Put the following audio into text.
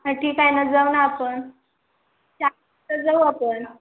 हां ठीक आहे ना जाऊ ना आपण चार वाजता जाऊ आपण